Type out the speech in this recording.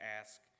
ask